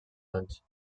anys